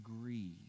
agree